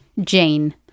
Jane